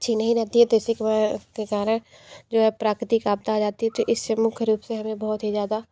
अच्छी नहीं रहती है तो इसी के के कारण है प्राकृतिक आपदा आ जाती है तो इससे मुख्य रूप से हमें बहुत ही ज़्यादा